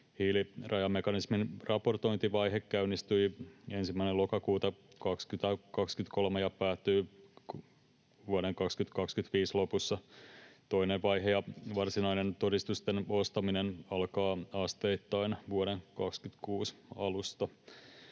Hiilirajamekanismin raportointivaihe käynnistyi 1.10.2023 ja päättyy vuoden 2025 lopussa. Toinen vaihe ja varsinainen todistusten ostaminen alkaa asteittain vuoden 2026 alusta.